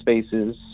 spaces